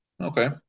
Okay